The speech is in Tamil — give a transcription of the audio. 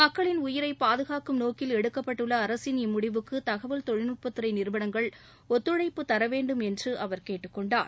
மக்களின் உயிரை பாதுகாக்கும் நோக்கில் எடுக்கப்பட்டுள்ள அரசின் இம்முடிவுக்கு தகவல் தொழில்நுட்பத்துறை நிறுவனங்கள் ஒத்துழைப்பு தரவேண்டும் என்று அவர் கேட்டுக் கொண்டார்